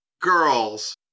girls